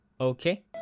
Okay